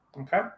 okay